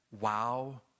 Wow